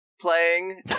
playing